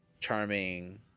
Charming